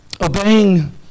Obeying